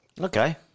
Okay